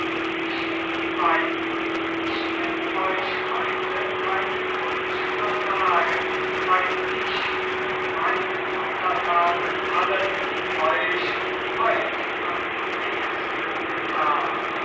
nicht die meine ich will euch heute keinen wunsch versagen weil ich von meinen untertanen allen euch heut am wehesten getan